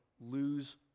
lose